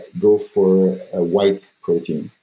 go for a white protein.